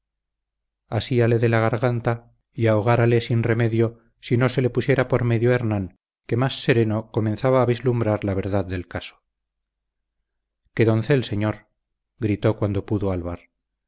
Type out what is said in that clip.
alteza asíale de la garganta y ahogárale sin remedio si no se le pusiera por medio hernán que más sereno comenzaba a vislumbrar la verdad del caso qué doncel señor gritó cuando pudo alvar